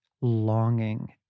longing